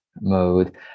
mode